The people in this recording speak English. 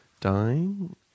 dying